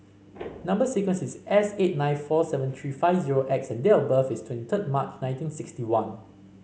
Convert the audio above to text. number sequence is S eight nine four seven three five zero X and date of birth is twenty third March nineteen sixty one